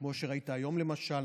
כמו שראית היום, למשל.